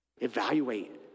evaluate